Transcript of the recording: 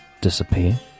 disappear